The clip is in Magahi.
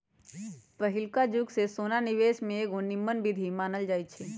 पहिलुआ जुगे से सोना निवेश के एगो निम्मन विधीं मानल जाइ छइ